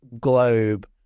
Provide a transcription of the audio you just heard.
globe